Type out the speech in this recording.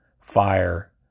fire